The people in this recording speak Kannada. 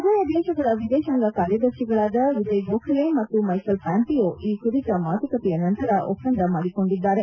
ಉಭಯ ದೇಶಗಳ ವಿದೇಶಾಂಗ ಕಾರ್ಯದರ್ಶಿಗಳಾದ ವಿಜಯ್ ಗೋಖಲೆ ಮತ್ತು ಮೈಕೆಲ್ ಪಾಂಪಿಯೊ ಈ ಕುರಿತ ಮಾತುಕತೆಯ ನಂತರ ಒಪ್ಪಂದ ಮಾಡಿಕೊಂಡಿದ್ದಾರೆ